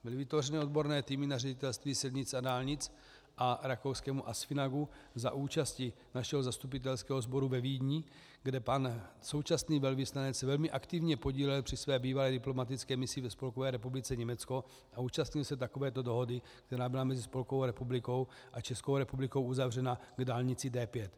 Byly vytvořeny odborné týmy na Ředitelství silnic a dálnic a rakouském ASFINAGu za účasti našeho zastupitelského sboru ve Vídni, kde pan současný velvyslanec se velmi aktivně podílel při své bývalé diplomatické misi ve Spolkové republice Německo a účastnil se takovéto dohody, která byla mezi Spolkovou republikou a Českou republikou uzavřena k dálnici D5.